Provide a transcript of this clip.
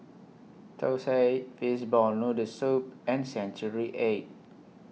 Thosai Fishball Noodle Soup and Century Egg